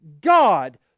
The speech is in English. God